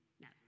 No